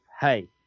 hey